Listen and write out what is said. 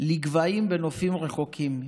לגבהים בנופים רחוקים,